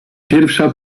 pierwsza